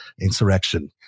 insurrection